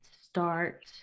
start